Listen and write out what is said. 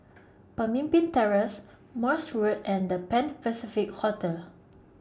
Pemimpin Terrace Morse Road and The Pan Pacific Hotel